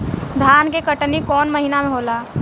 धान के कटनी कौन महीना में होला?